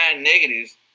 negatives